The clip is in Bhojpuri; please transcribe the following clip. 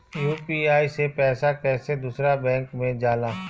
यू.पी.आई से पैसा कैसे दूसरा बैंक मे जाला?